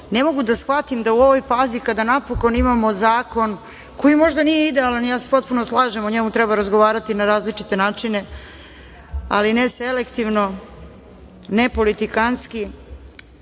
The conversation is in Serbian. ne mogu da shvatim da u ovoj fazi kada napokon imamo zakon koji možda nije idealan, ja se potpuno slažem, o njemu treba razgovarati na različite načine, ali ne selektivno, ne politikantski,